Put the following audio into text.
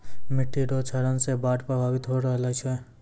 मिट्टी रो क्षरण से बाढ़ प्रभावित होय रहलो छै